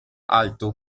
alto